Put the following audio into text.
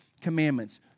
commandments